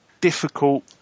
difficult